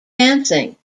dancing